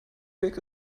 weg